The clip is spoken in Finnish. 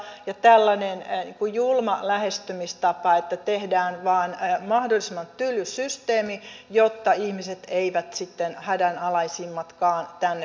ja en todellakaan ole vakuuttunut siitä että tällainen julma lähestymistapa että tehdään vain mahdollisimman tyly systeemi jotta ihmiset eivät sitten hädänalaisimmatkaan tänne